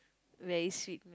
very sweet